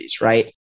right